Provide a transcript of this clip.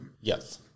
Yes